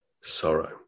sorrow